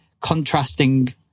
contrasting